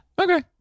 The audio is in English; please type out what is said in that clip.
Okay